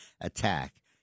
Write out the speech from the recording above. attack